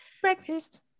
Breakfast